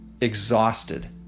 exhausted